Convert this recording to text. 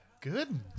Good